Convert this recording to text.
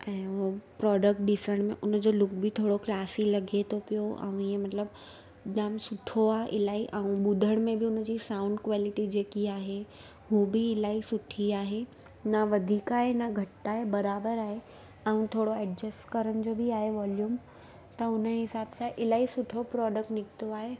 ऐं उहो प्रोडक्ट ॾिसण में हुनजो लूक बि थोरो क्लासी लॻे थो पियो ऐं हीअं मतलबु जाम सुठो आहे इलाही ऐं ॿुधण में बि हुनजी साउंड क्वॉलिटी जेकी आहे उहो बि इलाही सुठी आहे न वधीक आहे न घटि आहे बराबरि आहे ऐं थोरो एडजस्ट करण जो बि आहे वॉल्युम त उनजे हिसाबु सां इलाही सुठो प्रोडक्ट निकितो आहे